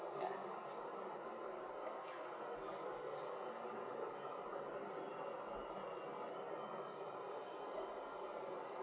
yeah